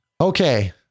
Okay